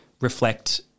reflect